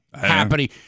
Happening